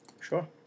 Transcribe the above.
Sure